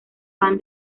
van